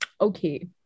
Okay